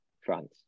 France